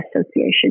association